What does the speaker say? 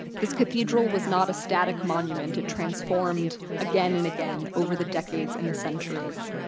this cathedral was not a static monument. it transformed again and again over the decades and the centuries.